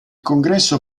congresso